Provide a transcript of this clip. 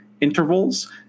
Intervals